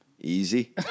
Easy